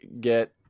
get